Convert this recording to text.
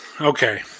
okay